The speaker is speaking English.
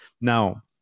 Now